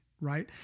right